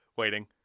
waiting